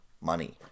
money